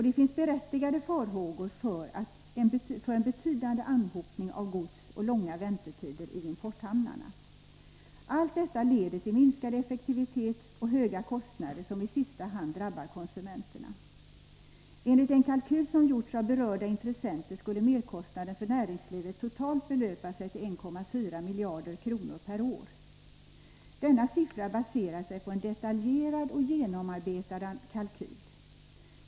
Det finns berättigade farhågor för en betydande anhopning av gods och långa väntetider i importhamnarna. Allt detta leder till minskad effektivitet och höga kostnader, som i sista hand drabbar konsumenterna. Enligt den kalkyl som gjorts av berörda intressenter skulle merkostnaden för näringslivet totalt belöpa sig till 1,4 miljarder kronor per år. Denna siffra baserar sig på en detaljerad och genomarbetad kalkyl.